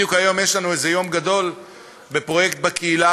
בדיוק היום יש לנו איזה יום גדול בפרויקט "בקהילה",